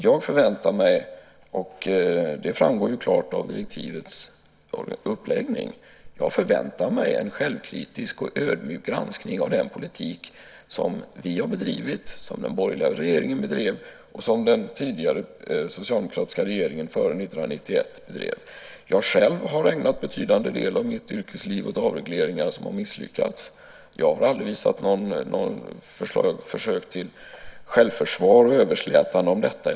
Jag förväntar mig - det framgår klart av direktivets upplägg - en självkritisk och ödmjuk granskning av den politik som vi har bedrivit, som den borgerliga regeringen bedrev och som den tidigare socialdemokratiska regeringen före 1991 bedrev. Jag själv har ägnat en betydande del av mitt yrkesliv åt avregleringar som har misslyckats. Jag har aldrig gjort några försök till självförsvar och överslätande av detta.